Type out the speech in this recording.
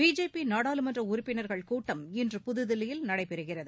பிஜேபிநாடாளுமன்றஉறுப்பினர்கள் கூட்டம் இன்று புதுதில்லியில் நடைபெறுகிறது